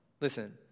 listen